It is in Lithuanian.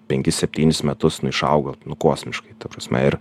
penkis septynis metus nu išaugo nu kosmiškai ta prasme ir